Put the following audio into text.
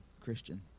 Christian